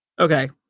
Okay